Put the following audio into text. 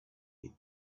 with